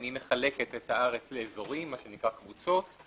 היא מחלקת את הארץ לאזורים, מה שנקרא קבוצות.